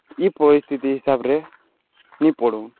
ଇ ପରିସ୍ଥିତି ହିସାବ୍ରେ ନିପଡ଼ୁ